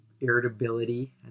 irritability